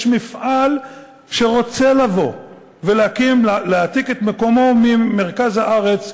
יש מפעל שרוצה לבוא ולהעתיק את מקומו ממרכז הארץ,